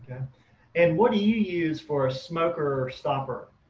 and what do you use for a smoker stopper?